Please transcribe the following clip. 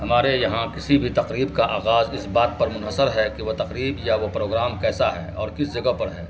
ہمارے یہاں کسی بھی تقریب کا آغاز اس بات پر منحصر ہے کہ وہ تقریب یا وہ پروگرام کیسا ہے اور کس جگہ پر ہے